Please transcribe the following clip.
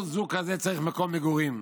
כל זוג כזה צריך מקום מגורים.